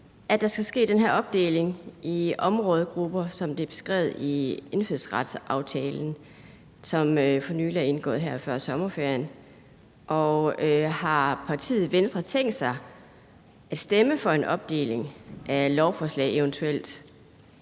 at der skal ske den her opdeling i områdegrupper, som det er beskrevet i indfødsretsaftalen, som for nylig er indgået her før sommerferien. Og har partiet Venstre tænkt sig at stemme for en opdeling af lovforslaget, eventuelt